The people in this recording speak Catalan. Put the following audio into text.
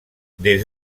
des